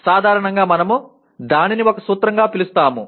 సాధారణంగా మనము దానిని ఒక సూత్రంగా పిలుస్తాము